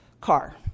car